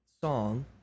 song